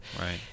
Right